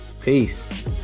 peace